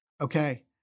okay